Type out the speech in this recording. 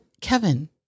Kevin